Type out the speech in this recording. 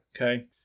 okay